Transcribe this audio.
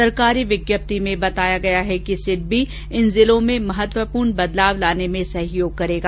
सरकारी विज्ञप्ति में बताया गया है कि सिडबी इन जिलों में महत्वपूर्ण बदलाव लाने में सहयोग करेगा